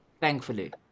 thankfully